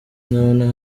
ndabona